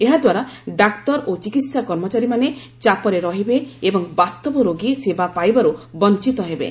ଏହାଦ୍ୱାରା ଡାକ୍ତର ଓ ଚିକିତ୍ସା କର୍ମଚାରୀମାନେ ଚାପରେ ରହିବେ ଏବଂ ବାସ୍ତବ ରୋଗୀ ସେବା ପାଇବାରୁ ବଂଚିତ ହେବେ